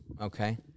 Okay